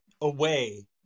away